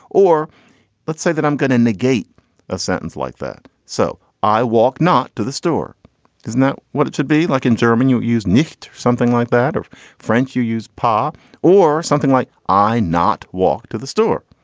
or let's say that i'm going to negate a sentence like that. so i walk not to the store is not what it should be like in german you use nicked something like that or french you use pas or something like i not walk to the store.